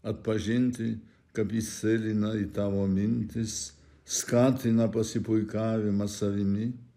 atpažinti kad jis sėlina į tavo mintis skatina pasipuikavimą savimi